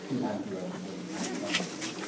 to anti-racism and feminism.